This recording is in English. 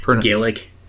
Gaelic